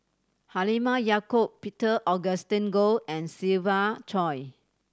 Halimah Yacob Peter Augustine Goh and Siva Choy